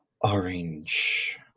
orange